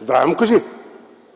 здраве му кажи.